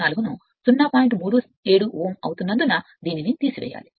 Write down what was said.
37 ohm అవుతున్నందుకు తీసివేయాలి